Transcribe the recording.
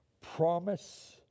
promise